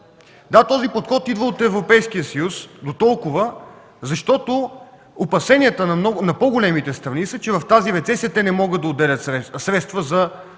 Да, този подход идва от Европейския съюз, доколкото опасенията на по-големите страни са, че в тази рецесия те не могат да отделят средства за